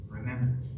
Remember